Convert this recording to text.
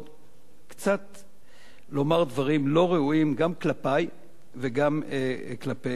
קצת לומר דברים לא ראויים גם כלפי וגם כלפי החוק.